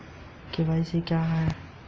KYC नीति का क्या अर्थ है?